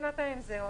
בינתיים, זהו.